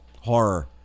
Horror